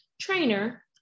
trainer